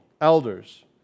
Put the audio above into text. elders